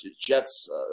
Jets